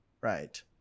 Right